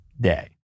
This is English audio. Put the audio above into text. Day